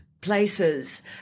places